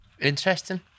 Interesting